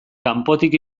kanpotik